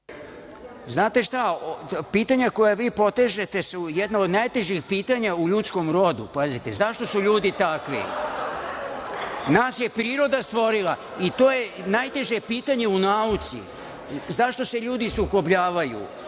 Radenović** Pitanja koja vi potežete su jedna od najtežih pitanja u ljudskom rodu. Pazite, zašto su ljudi takvi? Nas je priroda stvorila, i to je najteže pitanje u nauci. Zašto se ljudi sukobljavaju?